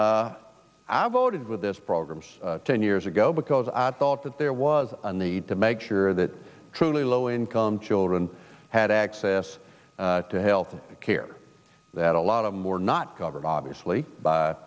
voted with this programs ten years ago because i thought that there was a need to make sure that truly low income children had access to health care that a lot of them were not covered obviously by